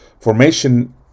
Formation